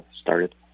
started